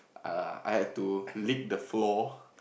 uh I had to lick the floor